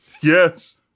Yes